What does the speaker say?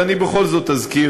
אבל אני בכל זאת אזכיר,